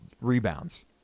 rebounds